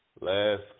last